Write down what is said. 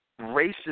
racist